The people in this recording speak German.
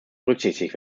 berücksichtigt